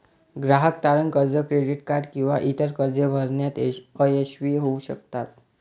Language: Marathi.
ग्राहक तारण कर्ज, क्रेडिट कार्ड किंवा इतर कर्जे भरण्यात अयशस्वी होऊ शकतात